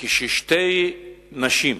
כאשר שתי נשים יהודיות,